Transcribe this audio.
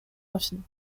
infinie